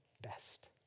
best